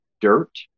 dirt